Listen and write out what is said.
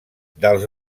dels